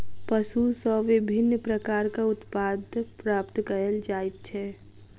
पशु सॅ विभिन्न प्रकारक उत्पाद प्राप्त कयल जाइत छै